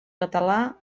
català